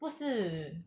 不是